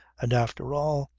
and after all,